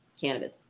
cannabis